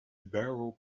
barrel